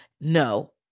no